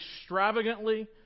extravagantly